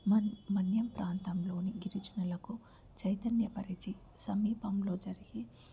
మన్ మన్యం ప్రాంతంలోని గిరిజనులకు చైతన్యపరిచి సమీపంలో జరిగే